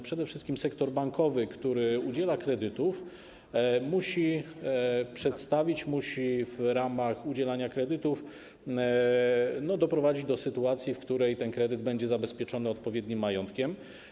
Przede wszystkim sektor bankowy, który udziela kredytów, musi w ramach udzielania kredytów doprowadzić do sytuacji, w której kredyt będzie zabezpieczony odpowiednim majątkiem.